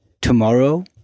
tomorrow